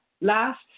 last